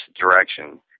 direction